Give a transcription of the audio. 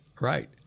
right